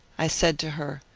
i said to her,